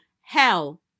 hell